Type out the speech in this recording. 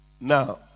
Now